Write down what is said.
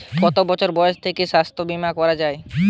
কত বছর বয়স থেকে স্বাস্থ্যবীমা করা য়ায়?